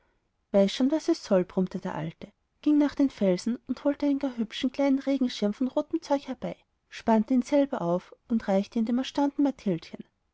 schon was es soll brummte der alte ging nach den felsen und holte einen gar hübschen kleinen regenschirm von rotem zeug herbei spannte ihn selber auf und reichte ihn dem erstaunten